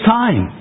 time